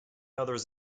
others